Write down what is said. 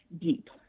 deep